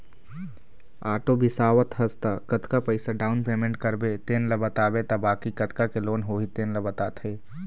auto बिसावत हस त कतका पइसा डाउन पेमेंट करबे तेन ल बताबे त बाकी कतका के लोन होही तेन ल बताथे